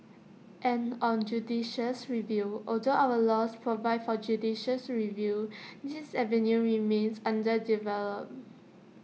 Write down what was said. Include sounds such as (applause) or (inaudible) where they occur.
and on judicial (unintelligible) review although our laws provide for judicial (unintelligible) review this avenue remains underdeveloped